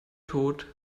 tot